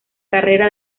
carrera